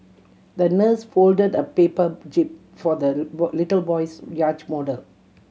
the nurse folded a paper jib for the little boy's yacht model